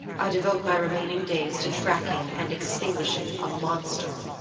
i devote my remaining days to tracking and extinguishing a monster.